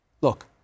Look